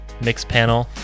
Mixpanel